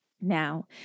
Now